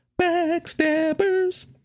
Backstabbers